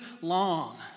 long